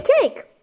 cake